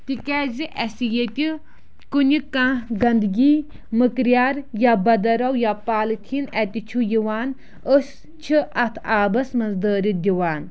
تِکیٛازِ اَسہِ ییٚتہِ کُنہِ کانٛہہ گنٛدگی مٔکریار یا بدرو یا پالتھیٖن اَتہِ چھُ یِوان أسۍ چھِ اَتھ آبَس منٛز دٲرِتھ دِوان